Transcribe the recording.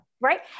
Right